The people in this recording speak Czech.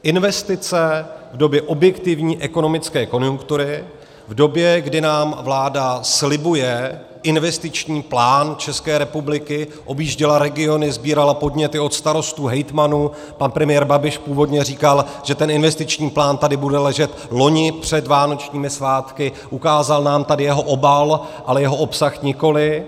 Investice v době objektivní ekonomické konjunktury, v době, kdy nám vláda slibuje investiční plán České republiky, objížděla regiony, sbírala podněty od starostů, hejtmanů, pan premiér Babiš původně říkal, že ten investiční plán tady bude ležet loni před vánočními svátky, ukázal nám tady jeho obal, ale jeho obsah nikoli.